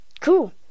cool